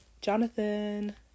Jonathan